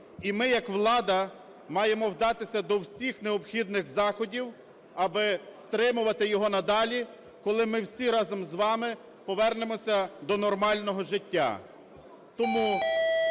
І ми як влада маємо вдатися до всіх необхідних заходів аби стримувати його надалі, коли ми всі разом з вами повернемося до нормального життя. Тому